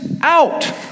out